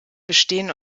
bestehen